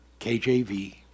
KJV